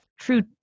true